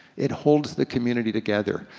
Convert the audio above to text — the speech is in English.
it holds the community together,